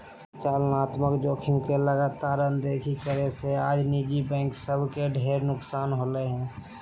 परिचालनात्मक जोखिम के लगातार अनदेखा करे से आज निजी बैंक सब के ढेर नुकसान होलय हें